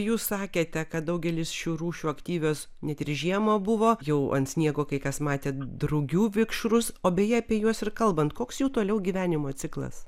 jūs sakėte kad daugelis šių rūšių aktyvios net ir žiemą buvo jau ant sniego kai kas matėt drugių vikšrus o beje apie juos ir kalbant koks jų toliau gyvenimo ciklas